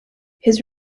his